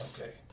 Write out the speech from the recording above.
Okay